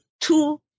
two